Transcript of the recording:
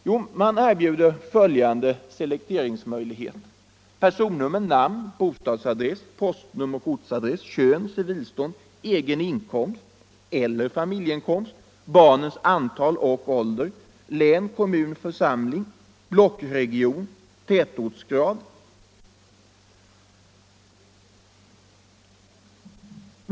Jo, man erbjuder följande selekteringsmöjligheter: Personnummer, namn, bostadsadress, postnummer och ortsadress, kön, civilstånd, egen inkomst eller familjeinkomst, barnens antal och ålder, län församling, blockregion, tätortsgrad.